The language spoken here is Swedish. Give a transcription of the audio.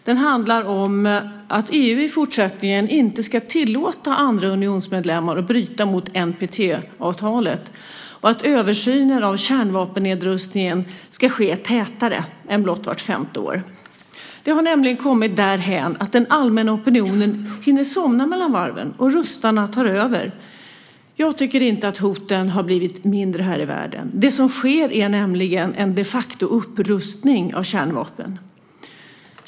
Den handlar om att EU i fortsättningen inte ska tillåta andra unionsmedlemmar att bryta mot NPT och att översynen av kärnvapennedrustningen ska ske oftare än blott vart femte år. Det har nämligen kommit därhän att den allmänna opinionen hinner somna mellan varven och rustarna tar över. Jag tycker inte att hoten har blivit mindre här i världen. Det som sker är de facto en upprustning av kärnvapen.